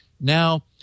Now